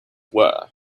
were